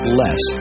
less